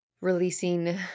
releasing